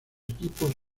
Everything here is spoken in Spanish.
equipos